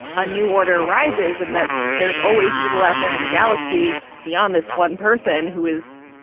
a new order rises and that there's always evil out there in the galaxy beyond this one person who is,